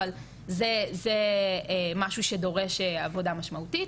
אבל זה משהו שדורש עבודה משמעותית,